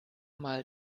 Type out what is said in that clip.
mal